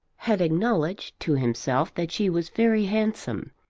had acknowledged to himself that she was very handsome.